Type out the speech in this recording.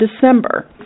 December